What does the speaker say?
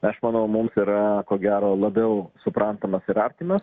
aš manau mums yra ko gero labiau suprantamas ir artimas